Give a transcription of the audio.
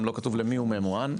אפילו לא כתוב למי ממוען,